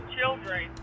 children